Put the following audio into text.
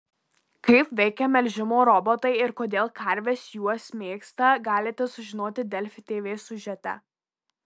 kaip veikia melžimo robotai ir kodėl karves juos mėgsta galite sužinoti delfi tv siužete